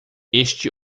este